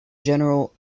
general